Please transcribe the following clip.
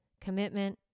Commitment